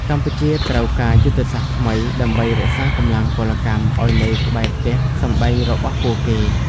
កម្ពុជាត្រូវការយុទ្ធសាស្ត្រថ្មីដើម្បីរក្សាកម្លាំងពលកម្មឱ្យនៅក្បែរផ្ទះសម្បែងរបស់ពួកគេ។